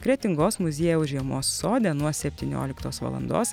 kretingos muziejaus žiemos sode nuo septynioliktos valandos